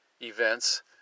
events